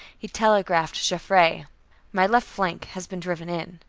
he telegraphed joffre my left flank has been driven in.